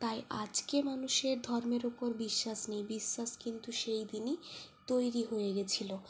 তাই আজকে মানুষের ধর্মের উপর বিশ্বাস নেই বিশ্বাস কিন্তু সেইদিনই তৈরি হয়ে গেছিলো